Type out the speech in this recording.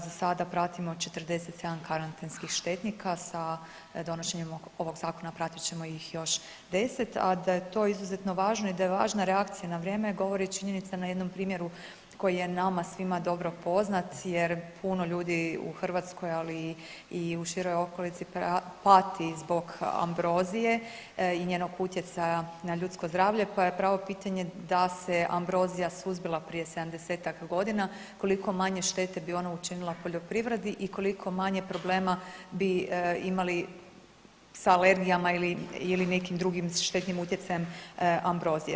Za sada pratimo 47 karantenskih štetnika sa donošenjem ovog zakona pratit ćemo ih još 10, a da je to izuzetno važno i da je važna reakcija na vrijeme govori i činjenica na jednom primjeru koji je nama svima dobro poznat, jer puno ljudi u Hrvatskoj ali i u široj okolici pati zbog ambrozije i njenog utjecaja na ljudsko zdravlje, pa je pravo pitanje da se ambrozija suzbila prije sedamdesetak godina koliko manje štete bi ona učinila poljoprivredi i koliko manje problema bi imali sa alergijama ili nekim drugim štetnim utjecajem ambrozije.